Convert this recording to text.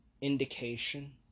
indication